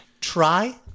try